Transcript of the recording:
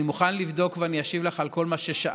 אני מוכן לבדוק ואשיב לך על כל מה ששאלת.